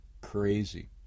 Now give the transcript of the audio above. crazy